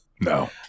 No